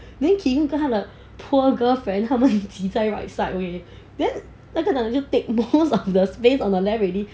then keegan 跟他的 poor girlfriend 他们很挤在 right side way then 那个人就 take most of the space on the left already